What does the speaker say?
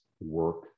work